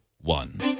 one